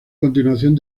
continuación